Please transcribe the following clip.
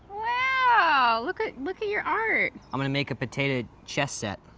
wow, look at look at your art. i'm gonna make a potato chess set.